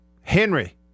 Henry